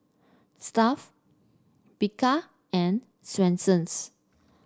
Stuff'd Bika and Swensens